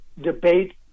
debate